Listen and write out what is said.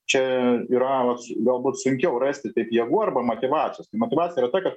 čia yra vat galbūt sunkiau rasti taip jėgų arba motyvacijos tai motyvacija yra ta kad